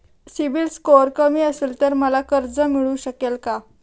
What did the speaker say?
CIBIL score कमी असेल तर मला कर्ज मिळू शकेल का?